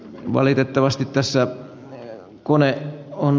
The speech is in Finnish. valitettavasti tässä kone on